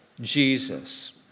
Jesus